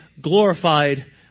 glorified